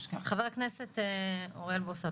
חבר הכנסת אוריאל בוסו,